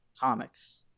comics